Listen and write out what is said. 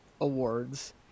awards